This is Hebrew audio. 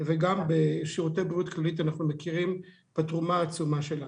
וגם בשירותי בריאות כללית אנחנו מכירים בתרומה העצומה שלה.